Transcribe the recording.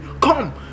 Come